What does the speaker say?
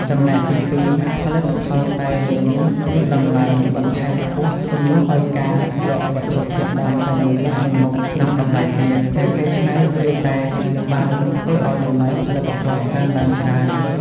ចំណែកទី២ ផលិតផលតែលាយនេះមានតម្លៃបន្ថែមខ្ពស់ ជំនួសឲ្យការលក់វត្ថុធាតុដើមតែមួយមុខៗក្នុងតម្លៃទាប ការកែច្នៃជាតែបានធ្វើឲ្យតម្លៃផលិតផលកើនឡើងច្រើន។